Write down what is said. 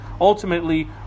ultimately